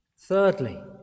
Thirdly